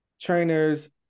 trainers